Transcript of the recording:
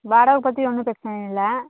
வாடகை பற்றி ஒன்றும் பிரச்சனை இல்லை